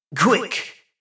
Quick